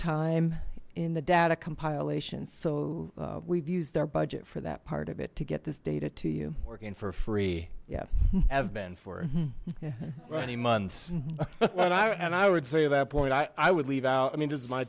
time in the data compile a ssin so we've used their budget for that part of it to get this data to you working for free yeah have been for months and i would say that point i would leave out i mean this is my